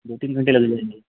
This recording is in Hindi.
दो तीन घंटे लग जाएँगे